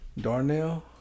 Darnell